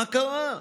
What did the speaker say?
מה קרה?